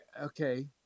Okay